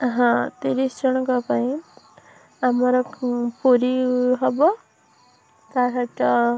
ହଁ ତିରିଶ ଜଣଙ୍କ ପାଇଁ ଆମର ପୁରୀ ହେବ ତା'ସହିତ